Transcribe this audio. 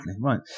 Right